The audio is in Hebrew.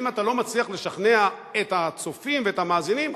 אם אתה לא מצליח לשכנע את הצופים ואת המאזינים,